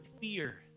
fear